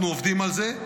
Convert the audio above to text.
אנחנו עובדים על זה.